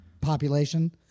population